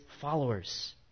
followers